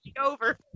over